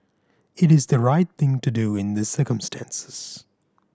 it is the right thing to do in the circumstances